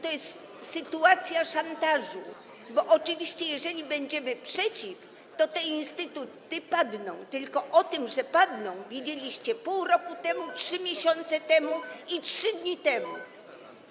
To jest sytuacja szantażu, bo oczywiście jeżeli będziemy przeciw, to te instytuty padną, tylko o tym, że padną, wiedzieliście pół roku temu, 3 miesiące temu i 3 dni temu.